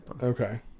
Okay